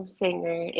singer